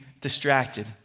distracted